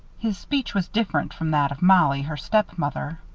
his speech was different from that of mollie, her stepmother.